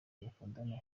mukundana